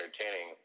entertaining